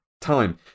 time